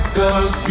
cause